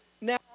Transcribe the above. Now